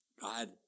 God